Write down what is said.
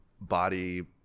body